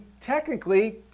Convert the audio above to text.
technically